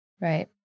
Right